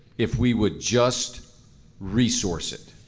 if we would just resource it.